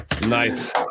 Nice